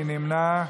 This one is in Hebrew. מי נמנע?